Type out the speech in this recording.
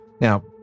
Now